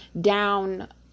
down